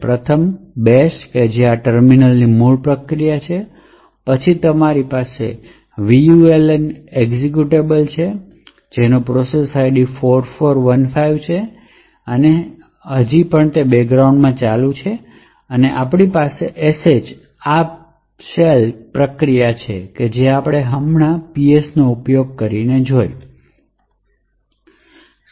પ્રથમ બેશ જે આ ટર્મિનલની મૂળ પ્રક્રિયા છે પછી તમારી પાસે vuln એક્ઝેક્યુટેબલ છે જેનો પ્રોસેસ આઈડી 4415 છે અને તે હજી પણ બૅકગ્રાઉન્ડમાં ચાલે છે આપણી પાસે sh અને આ પ્રક્રિયા છે જે આપણે ps હમણાં જ ઉપયોગ કર્યો છે